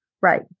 Right